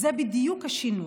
זה בדיוק השינוי,